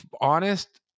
honest